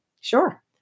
sure